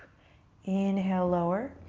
inhale, lower.